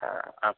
હા આભાર